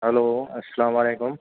hello السلام وعلیکم